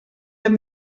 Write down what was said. amb